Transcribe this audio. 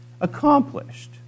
accomplished